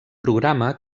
programa